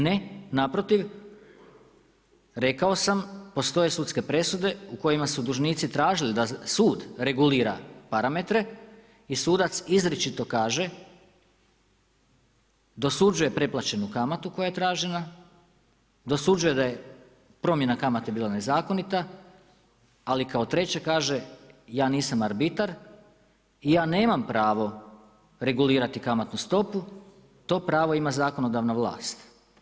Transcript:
Ne, naprotiv, rekao sam postoje sudske presude u kojima su dužnici tražili da sud regulira parametre i sudac izričito kaže, dosuđuje pretplaćenu kamatu koja je tražena, dosuđuje da je promjena kamate bila nezakonita, ali kao treće kaže ja nisam arbitar i ja nemam pravo regulirati kamatnu stopu, to pravo ima zakonodavna vlast.